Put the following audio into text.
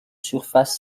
surface